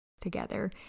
together